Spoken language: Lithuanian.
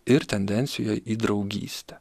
ir tendencija į draugystę